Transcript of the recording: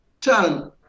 turn